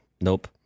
nope